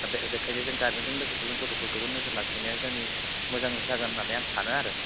दा बे बेखायनो जों गार्डजेनजों लोगोसे जों गथ'फोरखौबो नोजोर लाखिनाय जोंनि मोजां जागोन होनानै आं सानो आरो